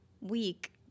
week